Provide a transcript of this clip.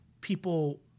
people